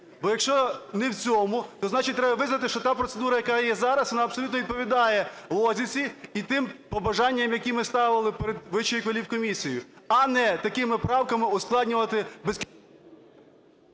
Бо, якщо не в цьому, то значить треба визнати, що та процедура, яка є зараз, вона абсолютно відповідає логіці і тим побажанням, які ми ставили перед Вищою кваліфкомісією, а не такими правками ускладнювати… ГОЛОВУЮЧИЙ.